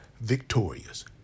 victorious